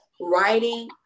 writing